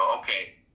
okay